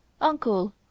Uncle